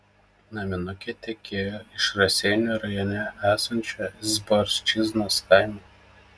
naminukė tekėjo iš raseinių rajone esančio zborčiznos kaimo